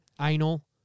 Anal